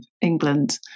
England